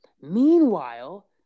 Meanwhile